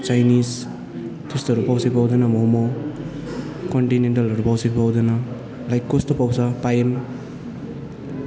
Chinese तेस्तोहरू पाउँस कि पाउँदैन मोमो कन्टिनेन्टलहरू पाउँस कि पाउँदैन लाइक कोस्तो पाउँस पाएम्